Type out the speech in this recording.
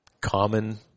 common